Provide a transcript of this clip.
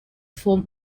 form